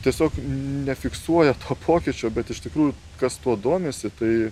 tiesiog nefiksuoja to pokyčio bet iš tikrųjų kas tuo domisi tai